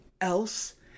else